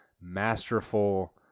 masterful